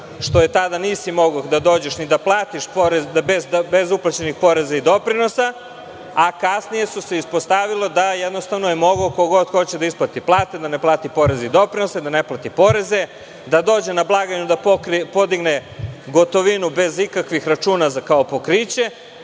što tada nisi mogao da dođeš ni da platiš porez, bez uplaćenih poreza i doprinosa, a kasnije se ispostavilo da je jednostavno mogao ko god hoće da isplati plate, da ne plati poreze i doprinose, da ne plati poreze, da dođe na blagajnu da podigne gotovinu bez ikakvih računa za kao pokriće,